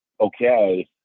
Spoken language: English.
okay